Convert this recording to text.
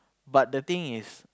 but the thing is